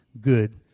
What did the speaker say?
good